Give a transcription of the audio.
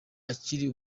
akiri